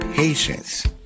Patience